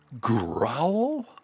growl